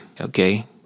Okay